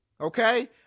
okay